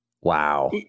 Wow